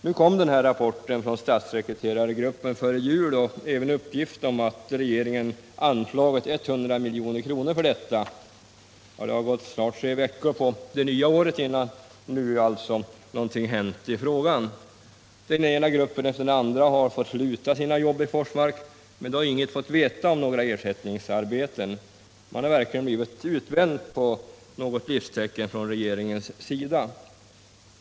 Nu kom den här rapporten från statssekreterargruppen före jul och även en uppgift om att regeringen anslagit 100 milj.kr. för detta ändamål. Det har nu gått snart tre veckor på det nya året utan att någonting har hänt i frågan. Den ena gruppen efter den andra har fått sluta sina jobb i Forsmark, men de har inte fått veta någonting om några ersättningsarbeten. Man har väntat förgäves på något livstecken från regeringen.